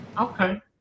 Okay